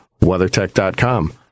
WeatherTech.com